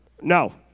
No